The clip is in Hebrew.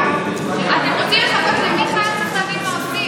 הצעות חוק בקריאה הטרומית.